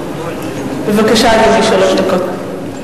בבקשה, אדוני, שלוש דקות.